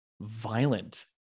violent